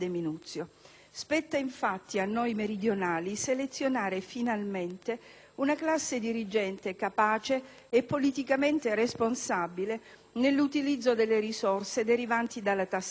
Spetta infatti a noi meridionali selezionare finalmente una classe dirigente capace e politicamente responsabile nell'utilizzo delle risorse derivanti dalla tassazione;